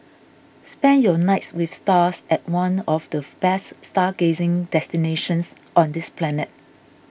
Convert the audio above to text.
spend your nights with stars at one of the best stargazing destinations on this planet